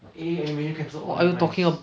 eh animation cancel all damn nice